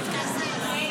נתקבלו.